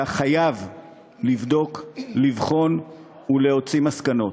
אתה חייב לבדוק, לבחון ולהוציא מסקנות.